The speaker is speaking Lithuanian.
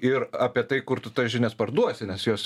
ir apie tai kur tu tas žinias parduosi nes jos